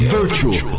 Virtual